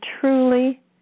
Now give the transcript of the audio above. truly